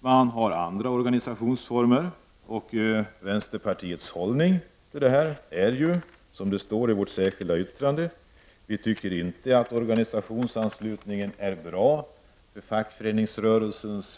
Det finns dock andra organisationsformer. Vänsterpartiets hållning, som också framgår av vårt särskilda yttrande, är att organisationsanslutningen inte är bra för fackföreningsrörelsen.